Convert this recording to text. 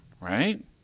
Right